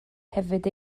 hefyd